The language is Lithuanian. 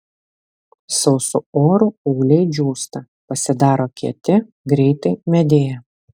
sausu oru ūgliai džiūsta pasidaro kieti greitai medėja